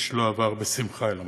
איש לא עבר בשמחה אל המקום.